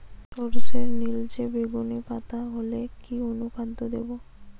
সরর্ষের নিলচে বেগুনি পাতা হলে কি অনুখাদ্য দেবো?